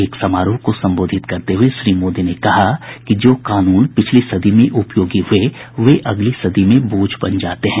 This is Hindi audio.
एक समारोह को संबोधित करते हुए श्री मोदी ने कहा कि जो कानून पिछली सदी में उपयोगी हुए वे अगली सदी में बोझ बन जाते हैं